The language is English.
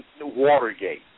Watergate